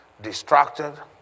distracted